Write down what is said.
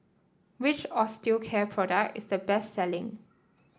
which Osteocare product is the best selling